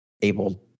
able